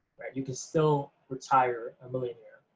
you can still retire a millionaire,